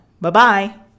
Bye-bye